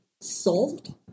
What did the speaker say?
solved